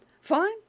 Fine